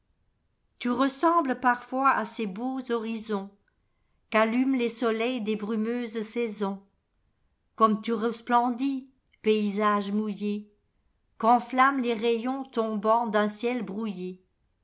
tu ressembles parfois à ces beaux horizonsqu'allument les soleils des brumeuses saisons comme tu resplendis paysage mouilléqu'enflamment les rayons tombant d'un ciel brouillé